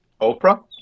Oprah